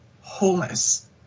wholeness